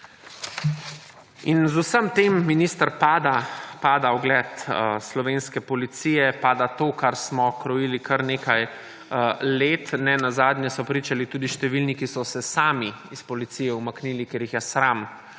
In z vsem tem minister pada ugled slovenske policije, pada to, kar smo krojili kar nekaj let. Nenazadnje so pričali tudi številni, ki so se sami iz policije umaknili, ker jih je sram,